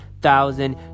thousand